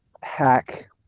hack